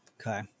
Okay